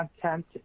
content